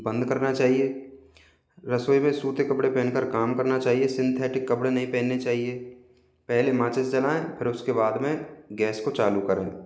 बंद करना चाहिए रसोई में सूती कपड़े पहनकर काम करना चाहिए सिंथेटिक कपड़े नहीं पहनने चाहिए पहले माचिस जलाएं फिर उसके बाद में गैस को चालू करें